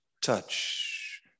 touch